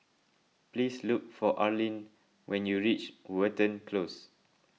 please look for Arlyn when you reach Watten Close